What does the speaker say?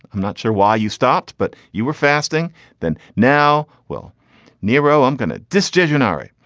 i'm not sure why you stopped but you were fasting then now. well nero i'm going to destroy gennaro.